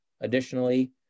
Additionally